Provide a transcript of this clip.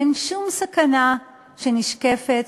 אין שום סכנה שנשקפת